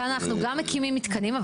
כאן אנחנו גם מקימים מתקנים.